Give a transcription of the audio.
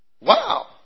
Wow